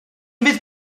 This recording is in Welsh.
fydd